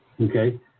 Okay